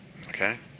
Okay